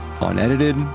unedited